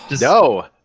No